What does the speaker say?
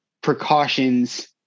Precautions